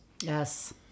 Yes